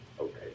okay